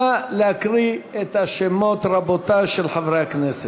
נא להקריא את השמות של חברי הכנסת.